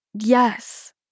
Yes